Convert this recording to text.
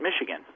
michigan